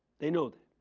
they know that.